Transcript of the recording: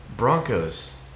Broncos